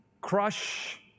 crush